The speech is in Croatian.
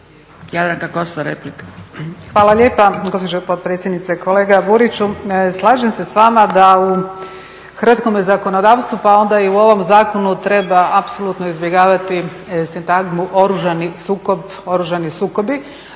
Jadranka (Nezavisni)** Hvala lijepa gospođo potpredsjednice. Kolega Buriću slažem se s vama da u hrvatskome zakonodavstvu pa onda i u ovom zakonu treba apsolutno izbjegavati sintagmu oružani sukob,